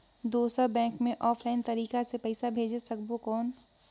दुसर बैंक मे ऑफलाइन तरीका से पइसा भेज सकबो कौन?